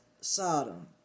Sodom